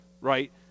right